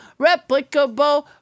replicable